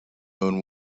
own